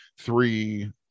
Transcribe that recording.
three